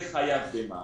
זה חייב במע"מ.